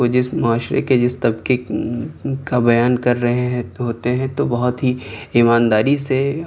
وہ جس معاشرے کے جس طبقے کا بیان کر رہے ہیں تو ہوتے ہیں تو بہت ہی ایمانداری سے